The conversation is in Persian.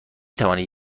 توانید